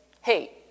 hey